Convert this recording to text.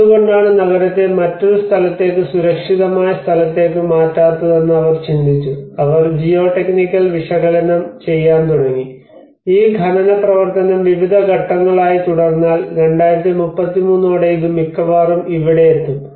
എന്തുകൊണ്ടാണ് നഗരത്തെ മറ്റൊരു സ്ഥലത്തേക്ക് സുരക്ഷിതമായ സ്ഥലത്തേക്ക് മാറ്റാത്തതെന്ന് അവർ ചിന്തിച്ചു അവർ ജിയോ ടെക്നിക്കൽ വിശകലനം ചെയ്യാൻ തുടങ്ങി ഈ ഖനന പ്രവർത്തനം വിവിധ ഘട്ടങ്ങൾ ആയി തുടർന്നാൽ 2033 ഓടെ ഇത് മിക്കവാറും ഇവിടെയെത്തും